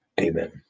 Amen